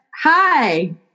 hi